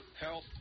health